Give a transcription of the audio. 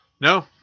No